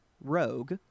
rogue